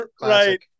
Right